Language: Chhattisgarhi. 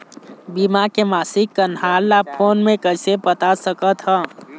बीमा के मासिक कन्हार ला फ़ोन मे कइसे पता सकत ह?